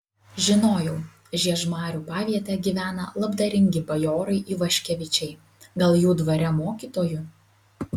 žinojau žiežmarių paviete gyvena labdaringi bajorai ivaškevičiai gal jų dvare mokytoju